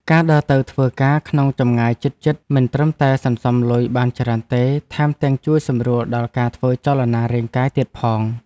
ការដើរទៅធ្វើការក្នុងចម្ងាយជិតៗមិនត្រឹមតែសន្សំលុយបានច្រើនទេ ថែមទាំងជួយសម្រួលដល់ការធ្វើចលនារាងកាយទៀតផង។